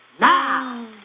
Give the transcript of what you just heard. Now